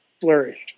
flourished